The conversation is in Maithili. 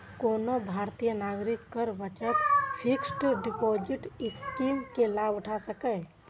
कोनो भारतीय नागरिक कर बचत फिक्स्ड डिपोजिट स्कीम के लाभ उठा सकैए